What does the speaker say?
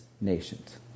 nations